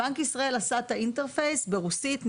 בנק ישראל עשה את האינטרספייס ברוסית,